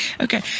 Okay